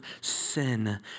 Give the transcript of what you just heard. sin